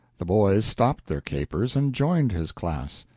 the boys stopped their capers and joined his class.